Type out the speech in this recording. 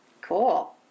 Cool